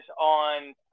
on